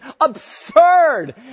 absurd